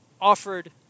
offered